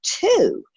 two